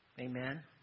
Amen